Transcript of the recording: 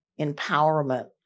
empowerment